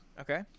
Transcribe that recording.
Okay